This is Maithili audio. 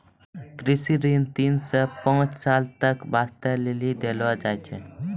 कृषि ऋण तीन सॅ पांच साल तक वास्तॅ देलो जाय छै